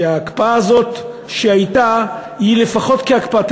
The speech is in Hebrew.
שההקפאה הזאת שהייתה, שהיא לפחות, כהקפאה,